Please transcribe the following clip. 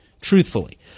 truthfully